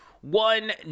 one